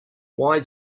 why